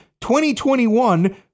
2021